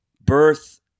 birth